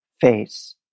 Face